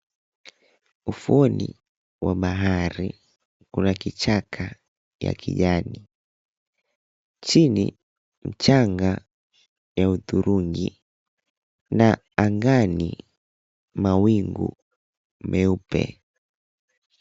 Ufuoni wa bahari kuna kichaka ya kijani, chini mchanga ya hudhurungi na angani mawingu meupe.